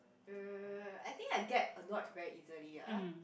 wait wait wait wait I think I get annoyed very easily ah